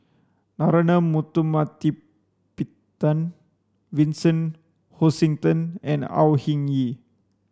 Narana Vincent Hoisington and Au Hing Yee